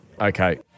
Okay